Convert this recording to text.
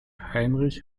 heinrich